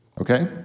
Okay